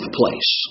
place